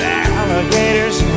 alligators